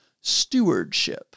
stewardship